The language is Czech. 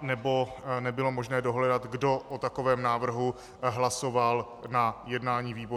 nebo nebylo možné dohledat, kdo o takovém návrhu hlasoval na jednání výboru.